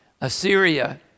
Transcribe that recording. Assyria